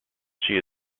she